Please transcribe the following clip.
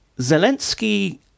Zelensky